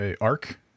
ARC